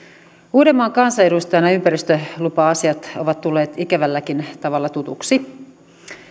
uudenmaan kansanedustajana ympäristölupa asiat ovat tulleet ikävälläkin tavalla tutuiksi